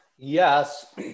Yes